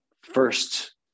first